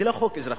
זה לא חוק אזרחי,